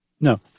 No